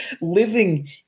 living